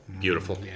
beautiful